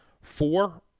four